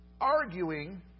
arguing